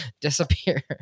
disappear